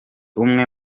umwe